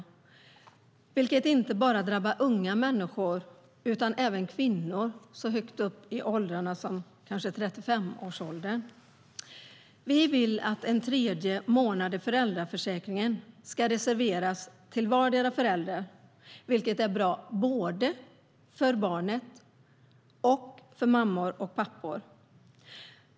De drabbar inte bara unga människor utan även kvinnor så högt upp i åldrarna som 35-årsåldern. Vi vill att en tredje månad i föräldraförsäkringen ska reserveras till vardera föräldern, vilket är bra både för barnet och för mammor och pappor.